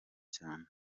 cyane